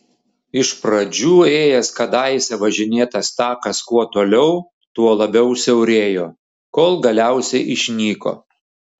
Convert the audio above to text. iš pradžių ėjęs kadaise važinėtas takas kuo toliau tuo labiau siaurėjo kol galiausiai išnyko